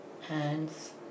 hands